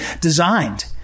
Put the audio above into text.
designed